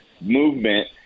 movement